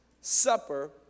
Supper